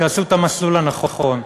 שעשו את המסלול הנכון,